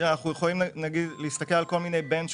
אפשר להסתכל על כל מיני בנצ'מרקים.